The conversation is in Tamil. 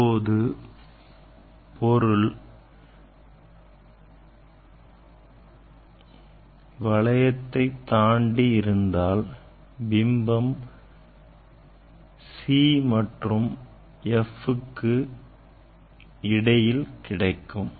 இப்போது பொருள் வளைவு மையத்தை தாண்டி இருந்தால் பிம்பம் C மற்றும் Fக்கு இடையில் கிடைக்கும்